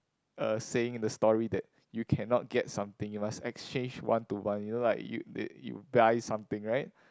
uh saying the story that you cannot get something you must exchange one to one you know like you you buy something right